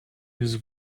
his